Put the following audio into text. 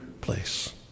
place